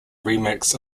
remix